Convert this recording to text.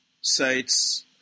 sites